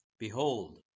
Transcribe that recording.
Behold